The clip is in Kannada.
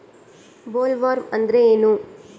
ಬೊಲ್ವರ್ಮ್ ಅಂದ್ರೇನು?